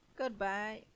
Goodbye